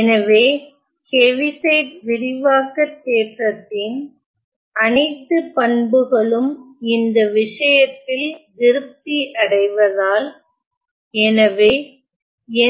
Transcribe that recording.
எனவே ஹெவிசைட் விரிவாக்கத் தேற்றத்தின் அனைத்து பண்புகளும் இந்த விஷயத்தில் திருப்தி அடைவதால் எனவே